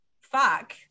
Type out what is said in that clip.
fuck